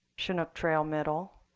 chinook trail middle,